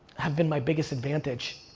have been my biggest advantage.